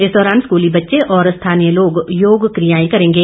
इस दौरान स्कूली बच्चे और स्थानीय लोग योग क्रियाएं करेंगे